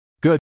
Good